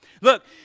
Look